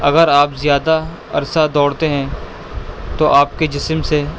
اگر آپ زیادہ عرصہ دوڑتے ہیں تو آپ کے جسم سے